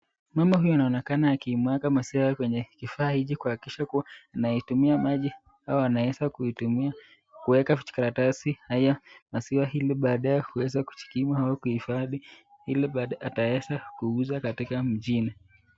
Mama huyu anaonekana akimwaga maziwa kwenye kifaa hiki kuhakikisha anaweza kuitumia kuweka vijikaratasi ili baadaye aweze kuhifadhi ili baadaye ataweza kuuza katika mjini.